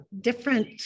different